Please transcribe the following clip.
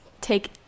Take